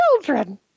children